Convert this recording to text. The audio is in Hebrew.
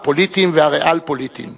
הפוליטיים והריאל-פוליטיים.